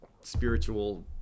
spiritual